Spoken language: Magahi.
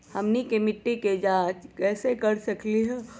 हमनी के मिट्टी के जाँच कैसे कर सकीले है?